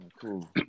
Cool